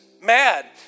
mad